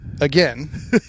Again